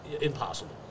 impossible